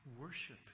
worship